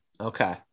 Okay